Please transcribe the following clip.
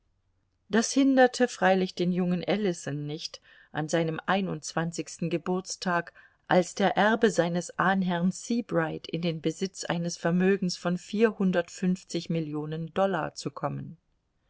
das hinderte freilich den jungen ellison nicht an seinem einundzwanzigsten geburtstag als der erbe seines ahnherrn seabright in den besitz eines vermögens von vierhundertundfünfzig millionen dollar zu kommen